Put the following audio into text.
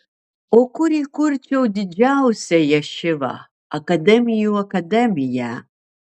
o kur įkurčiau didžiausią ješivą akademijų akademiją